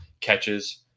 catches